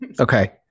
Okay